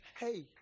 Hey